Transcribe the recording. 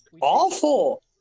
awful